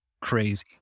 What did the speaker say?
crazy